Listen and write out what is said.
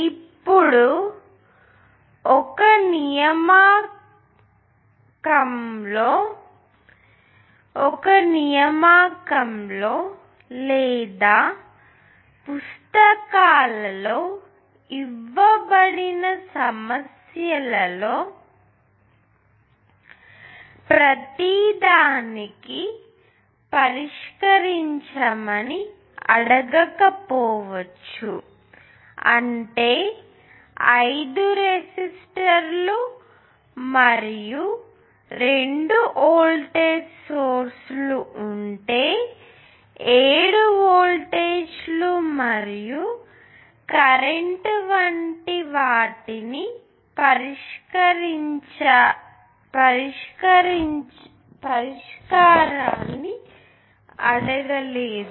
ఇప్పుడు ఒక నియామకంలో లేదా పుస్తకాలలో ఇవ్వబడిన సమస్యలలో ప్రతిదానికీ పరిష్కరించమని అడగకపోవచ్చు అంటే 5 రెసిస్టర్లు మరియు 2 వోల్టేజ్ సోర్స్ లు ఉంటే 7 వోల్టేజీలు మరియు కరెంట్ వంటి పరిష్కారాన్ని అడగలేదు